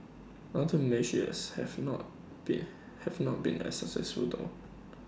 other measures have not been have not been as successful though